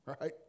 right